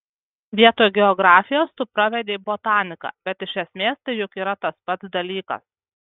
vietoj geografijos tu pravedei botaniką bet iš esmės tai juk yra tas pats dalykas